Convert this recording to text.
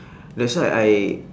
that's why I